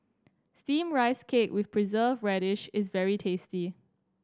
Steamed Rice Cake with Preserved Radish is very tasty